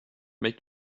make